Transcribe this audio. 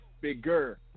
bigger